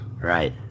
Right